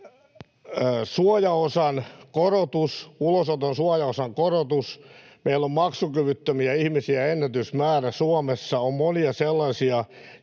työkyvyttömyyseläkkeelle. Ulosoton suojaosan korotus. Meillä on maksukyvyttömiä ihmisiä ennätysmäärä Suomessa. On monia sellaisia,